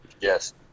yes